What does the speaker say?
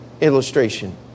illustration